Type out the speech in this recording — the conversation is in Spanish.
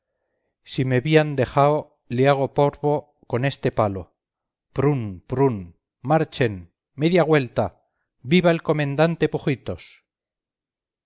si me bían dejao le hago porvo con este palo prrun prrun marchen media güelta viva el comendante pujitos